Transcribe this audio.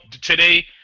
today